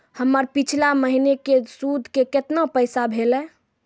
हमर पिछला महीने के सुध के केतना पैसा भेलौ?